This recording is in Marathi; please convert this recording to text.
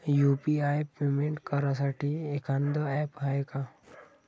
यू.पी.आय पेमेंट करासाठी एखांद ॲप हाय का?